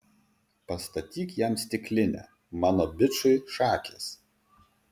pastatyk jam stiklinę mano bičui šakės